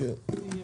מירב,